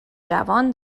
جوان